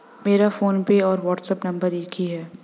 मेरा फोनपे और WhatsApp number एक ही है